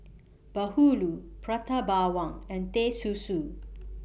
Bahulu Prata Bawang and Teh Susu